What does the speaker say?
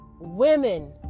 women